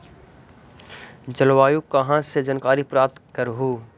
जलवायु कहा से जानकारी प्राप्त करहू?